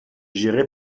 gérée